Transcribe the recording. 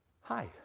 Hi